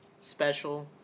special